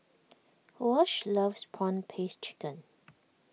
Wash loves Prawn Paste Chicken